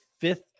fifth